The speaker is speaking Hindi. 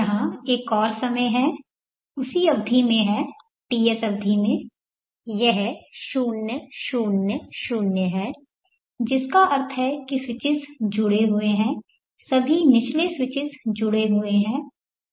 यहां एक और समय है उसी अवधि में है Ts अवधि में यह 0 0 0 है जिसका अर्थ है कि स्विचेस जुड़े हुए हैं सभी निचले स्विचेस जुड़े हुए हैं